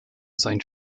sein